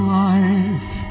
life